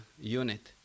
unit